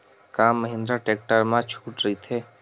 का महिंद्रा टेक्टर मा छुट राइथे?